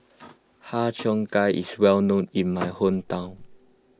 Har Cheong Gai is well known in my hometown